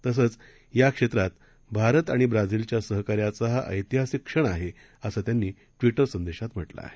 तसंच या क्षेत्रात भारत आणि ब्राझीलच्या सहकार्याचा हा ऐतिहासिक क्षण आहे असं त्यांनी आपल्या ट्विटर संदेशात म्हटलं आहे